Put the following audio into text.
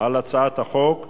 על הצעת החוק.